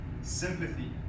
sympathy